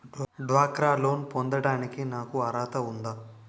డ్వాక్రా లోన్ పొందటానికి నాకు అర్హత ఉందా?